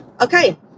Okay